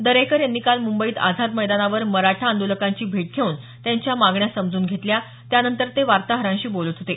दरेकर यांनी काल मुंबईत आझाद मैदानावर मराठा आंदोलकांची भेट घेऊन त्यांच्या मागण्या समजून घेतल्या त्यानंतर ते वार्ताहरांशी बोलत होते